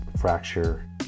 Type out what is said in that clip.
fracture